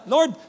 Lord